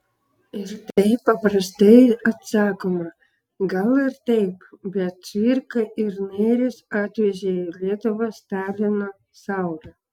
į tai paprastai atsakoma gal ir taip bet cvirka ir nėris atvežė į lietuvą stalino saulę